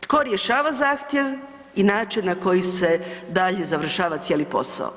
Tko rješava zahtjev i način na koji se dalje završava cijeli posao?